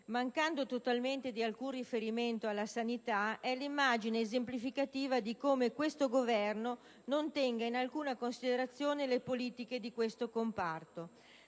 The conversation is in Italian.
mancando totalmente di qualsiasi riferimento alla sanità, è l'immagine esemplificativa di come questo Governo non tenga in alcuna considerazione le politiche di tale comparto.